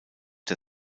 der